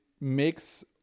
makes